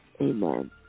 Amen